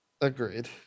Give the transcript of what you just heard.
Agreed